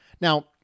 Now